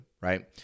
right